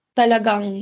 talagang